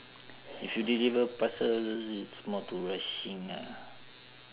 if you deliver parcels it's more to rushing ah